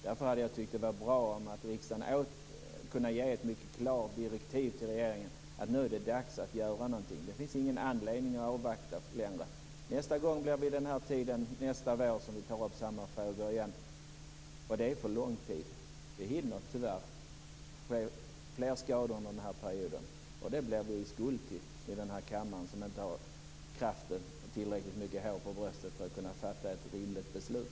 Det hade varit mycket bra om riksdagen kunde ge regeringen ett klart direktiv om att nu är det dags att göra någonting. Det finns ingen anledning att avvakta längre. Nästa gång vi tar upp samma frågor blir vid den här tiden nästa vår och det är för lång tid. Det hinner, tyvärr, ske flera skador under den här perioden och de blir vi i denna kammare skuld till eftersom vi inte har kraft och tillräckligt mycket hår på bröstet för att kunna fatta ett rimligt beslut.